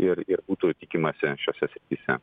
ir ir būtų tikimasi šiose srityse